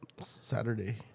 Saturday